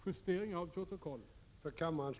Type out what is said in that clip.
Herr talman!